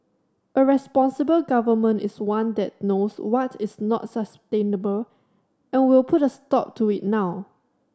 a responsible Government is one that knows what is not sustainable and will put a stop to it now